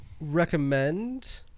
recommend